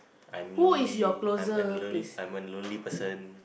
I'm lonely I'm a lo~ I'm a lonely person